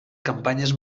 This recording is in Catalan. campanyes